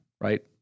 right